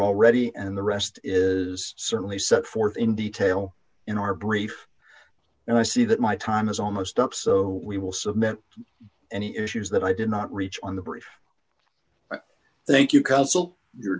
already and the rest is certainly set forth in detail in our brief and i see that my time is almost up so we will submit any issues that i did not reach on the brief thank you cou